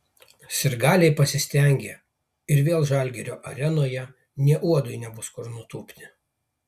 sirgaliai pasistengė ir vėl žalgirio arenoje nė uodui nebus kur nutūpti